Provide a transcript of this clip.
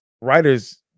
writers